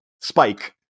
Spike